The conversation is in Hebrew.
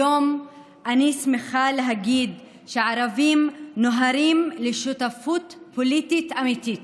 היום אני שמחה להגיד שערבים נוהרים לשותפות פוליטית אמיתית.